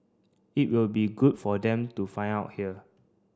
it will be good for them to find out here